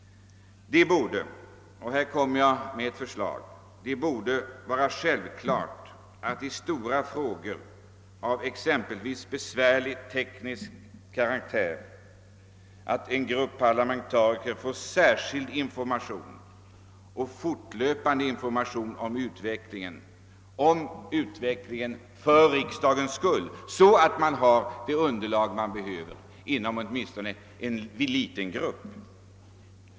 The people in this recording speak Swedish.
Det borde — och här kommer jag med ett förslag — vara självklart att beträffande stora frågor av exempelvis besvärlig teknisk karaktär en grupp parlamentariker får särskild och fortlöpande information om utvecklingen. Då finns det nödvändiga underlaget åtminstone inom en liten grupp.